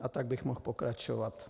A tak bych mohl pokračovat.